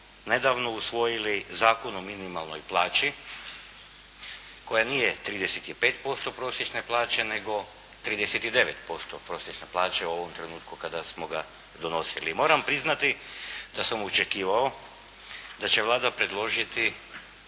nedavno usvojili Zakon o minimalnoj plaći koja nije 35% prosječne plaće nego 39% prosječne plaće u ovom trenutku kada smo ga donosili. Moram priznati da sam očekivao da će Vlada predložiti